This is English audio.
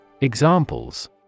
Examples